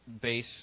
base